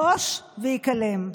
בוש והיכלם.